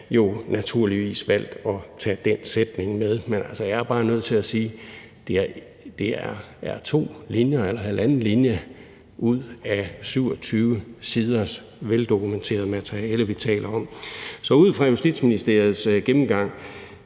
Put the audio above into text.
naturligvis valgt at tage den sætning med. Men altså, jeg er bare nødt til at sige, at det er to linjer, eller halvanden linje, ud af 27 siders veldokumenteret materiale, vi taler om. Ud fra Justitsministeriets gennemgang